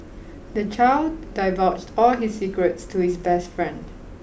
the child divulged all his secrets to his best friend